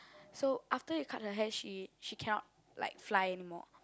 so after he cut her hair she cannot like she cannot fly anymore